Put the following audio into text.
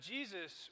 Jesus